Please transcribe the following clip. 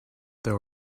there